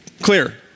Clear